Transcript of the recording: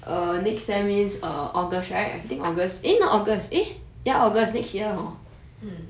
mm